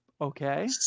Okay